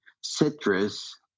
citrus